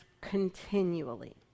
continually